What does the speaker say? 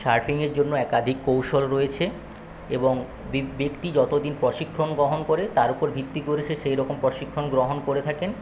সার্ফিংয়ের জন্য একাধিক কৌশল রয়েছে এবং ব্যক্তি যতদিন প্রশিক্ষণ গ্রহণ করে তার উপর ভিত্তি করে সে সেইরকম প্রশিক্ষণ গ্রহণ করে থাকেন